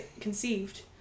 conceived